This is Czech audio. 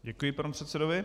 Děkuji panu předsedovi.